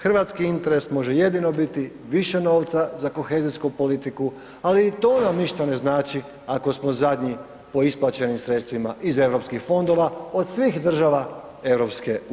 Hrvatski interes može jedino biti više novca za kohezijsku politiku a li to nam ništa ne znači ako smo zadnji po isplaćenim sredstvima iz eu fondova od svih država EU.